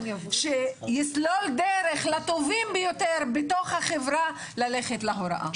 שיסלול דרך לטובים ביותר בתוך החברה ללכת להוראה,